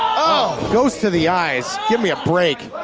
ah goes to the eyes, give me a break.